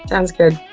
sounds good